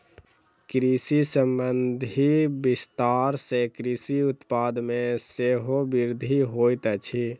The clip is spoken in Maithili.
कृषि संबंधी विस्तार सॅ कृषि उत्पाद मे सेहो वृद्धि होइत अछि